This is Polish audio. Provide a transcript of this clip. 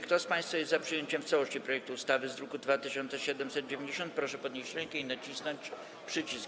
Kto z państwa jest za przyjęciem w całości projektu ustawy z druku nr 2790, proszę podnieść rękę i nacisnąć przycisk.